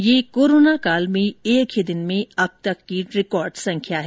ये कोरोनाकाल में एक ही दिन में अब तक की रिकॉर्ड संख्या है